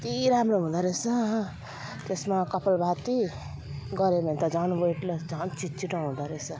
कति राम्रो हुँदो रहेछ त्यसमा कपाल भाती गर्यो भने त झन् वेट लस झन् छिटो छिटो आउँदो रहेछ